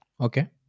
Okay